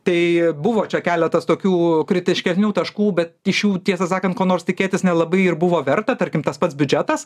tai buvo čia keletas tokių kritiškesnių taškų bet iš jų tiesą sakan ko nors tikėtis nelabai ir buvo verta tarkim tas pats biudžetas